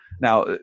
Now